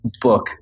book